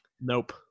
Nope